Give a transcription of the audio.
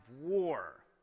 war